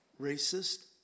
racist